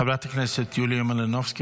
חברת הכנסת יוליה מלינובסקי,